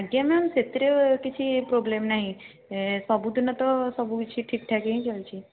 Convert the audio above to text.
ଆଜ୍ଞା ମ୍ୟାମ୍ ସେଥିରେ କିଛି ପ୍ରୋବ୍ଲେମ୍ ନାଇଁ ସବୁଦିନ ତ ସବୁକିଛି ଠିକଠାକ୍ ହିଁ ଚାଲିଛି